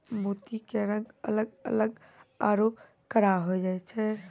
मोती के रंग अलग अलग आरो कड़ा होय छै